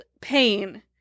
pain